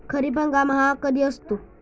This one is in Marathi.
खरीप हंगाम हा कधी असतो?